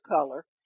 color